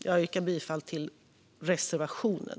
Jag yrkar bifall till reservationen.